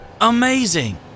Amazing